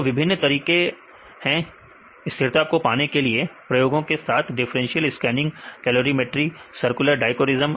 तू विभिन्न तरीके हैं स्थिरता को पाने के लिए प्रयोगों के साथ differential scanning calorimetry differential scoring calorimetry circular dichroism